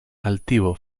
altivo